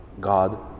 God